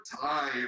time